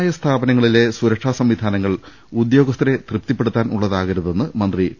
വ്യവസായ സ്ഥാപനങ്ങളിലെ സുരക്ഷാ സംവിധാനങ്ങൾ ഉദ്യോ ഗസ്ഥരെ തൃപ്തിപ്പെടുത്താനുള്ളതാകരുതെന്ന് മന്ത്രി ടി